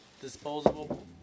disposable